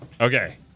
Okay